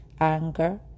anger